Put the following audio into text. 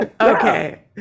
Okay